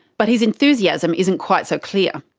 but his enthusiasm isn't quite so clear.